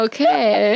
Okay